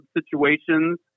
situations